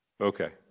Okay